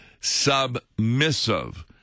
submissive